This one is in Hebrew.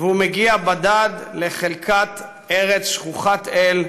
והוא מגיע בדד לחלקת ארץ שכוחת אל,